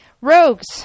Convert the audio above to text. Rogues